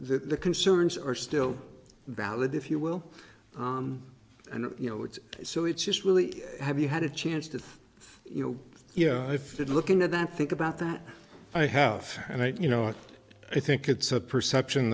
the concerns are still valid if you will and you know it's so it's just really a have you had a chance to you know yeah i fit looking at that think about that i have and i you know i think it's a perception